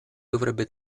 dovrebbe